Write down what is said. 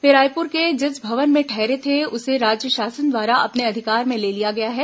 वे रायपुर के जिस भवन में ठहरे थे उसे राज्य शासन द्वारा अपने अधिकार में ले लिया गया है